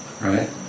right